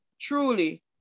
truly